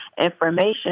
information